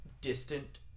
distant